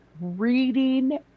reading